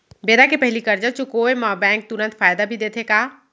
बेरा के पहिली करजा चुकोय म बैंक तुरंत फायदा भी देथे का?